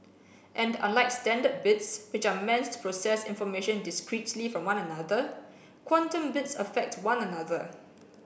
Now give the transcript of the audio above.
and unlike standard bits which are meant to process information discretely from one another quantum bits affect one another